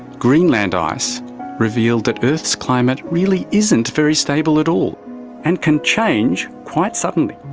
greenland ice revealed that earth's climate really isn't very stable at all and can change quite suddenly.